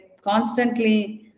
constantly